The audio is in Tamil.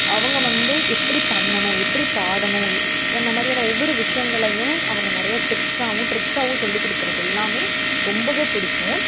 அவங்க வந்து எப்படி பண்ணணும் எப்படி பாடணும் எப் அந்த மாதிரியான ஒவ்வொரு விஷயங்களையும் அவங்க நிறைய டிப்ஸாகவும் டிரிக்ஸாவும் சொல்லிக் கொடுக்கறது எல்லாமே ரொம்பவே பிடிக்கும்